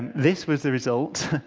this was the result.